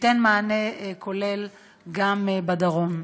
וכולל גם בדרום.